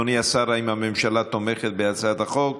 אדוני השר, האם הממשלה תומכת בהצעת החוק?